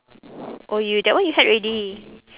oh you that one you had already